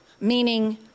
meaning